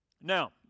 Now